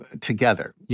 together